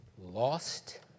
lost